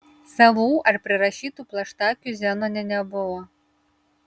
savų ar prirašytų plaštakių zenone nebuvo